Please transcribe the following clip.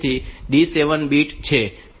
તેથી D 7 bit છે